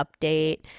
update